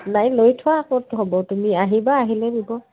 নাই লৈ থোৱা ক'ত হ'ব তুমি আহিবা আহিলে দিব